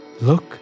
Look